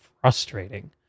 frustrating